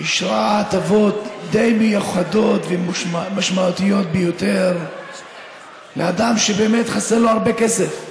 אישרה הטבות די מיוחדות ומשמעותיות ביותר לאדם שחסר לו הרבה כסף,